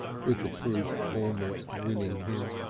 with the truth almost winning him.